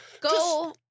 Go